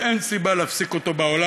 אין סיבה בעולם להפסיק אותו,